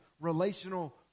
relational